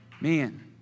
Man